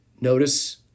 notice